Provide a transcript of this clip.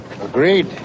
Agreed